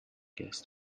gets